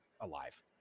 alive